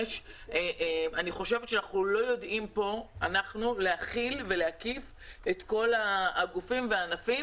אני חושבת שאנחנו לא יודעים פה להכיל ולהקיף את כל הגופים והענפים